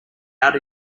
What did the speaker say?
out